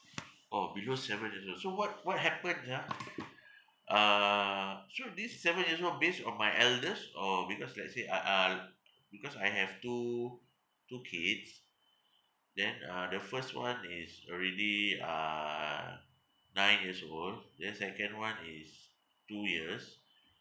orh below seven years old so what what happens ah uh so this seven years old based on my eldest or because let's say uh uh because I have two two kids then uh the first one is already uh nine years old then second one is two years